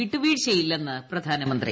വിട്ടുവീഴ്ചയില്ലെന്ന് പ്രധാനമന്ത്രി